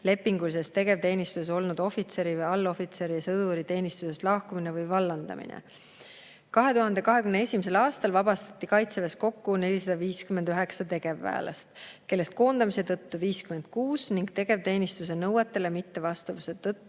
lepingulises tegevteenistuses olnud ohvitseri, allohvitseri ja sõduri teenistusest lahkumine või vallandamine?" 2021. aastal vabastati kaitseväes kokku 459 tegevväelast, kellest koondamise tõttu 56 ning tegevteenistuse nõuetele mittevastavuse tõttu